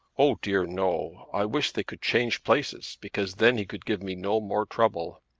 oh dear no! i wish they could change places because then he could give me no more trouble.